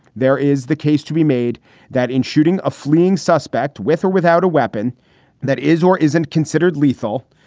there is the case to be made that in shooting a fleeing suspect with or without a weapon that is or isn't considered lethal.